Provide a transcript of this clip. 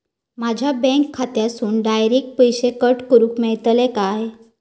माझ्या बँक खात्यासून डायरेक्ट पैसे कट करूक मेलतले काय?